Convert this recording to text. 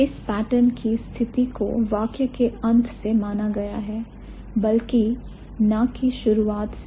इस pattern की स्थिति को वाक्य के अंत से माना गया है बल्कि ना की शुरुआत से